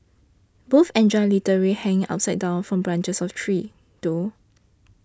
both enjoy literally hanging upside down from branches of trees though